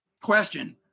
question